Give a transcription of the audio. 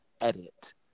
edit